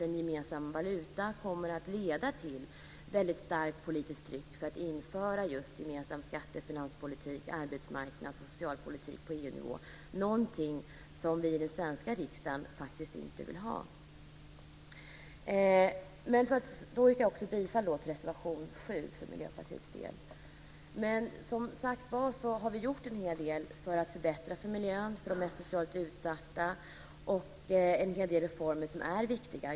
En gemensam valuta kommer att leda till ett väldigt starkt politiskt tryck för införande av en gemensam skatte och finanspolitik och en gemensam arbetsmarknads och socialpolitik på EU nivå. Det är någonting som vi i den svenska riksdagen faktiskt inte vill ha. Jag yrkar för Miljöpartiets del också bifall till reservation 7. Vi har som sagt gjort en hel del för att förbättra för miljön och för de socialt mest utsatta och genomfört en del reformer som är viktiga.